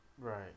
Right